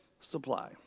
supply